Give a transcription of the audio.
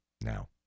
now